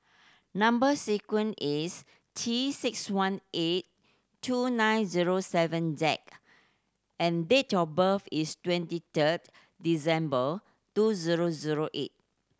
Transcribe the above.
number sequence is T six one eight two nine zero seven Z and date of birth is twenty third December two zero zero eight